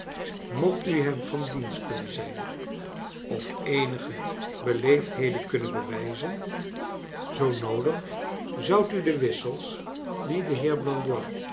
mocht u hem van dienst kunnen zijn of eenige beleefdheden kunnen bewijzen zoo noodig zoudt u de wissels die de